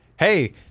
Hey